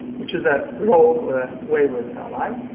which is a rogue or wayward ally,